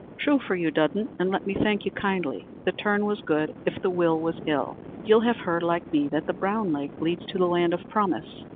true for you, dudden, and let me thank you kindly the turn was good, if the will was ill. you'll have heard, like me, that the brown lake leads to the land of promise.